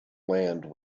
land